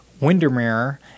Windermere